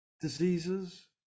diseases